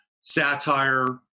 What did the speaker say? Satire